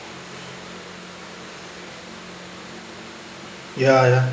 yeah ya